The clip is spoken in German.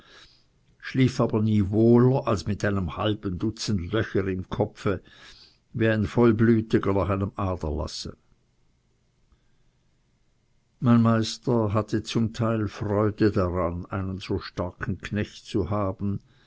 schlief aber nie wohler als mit einem halben dutzend löcher im kopfe wie ein vollblütiger nach einem aderlasse mein meister hatte zum teil freude daran einen so starken knecht zu haben